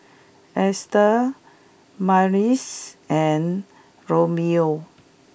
Estes Myrtis and Romello